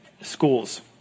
schools